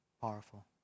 Powerful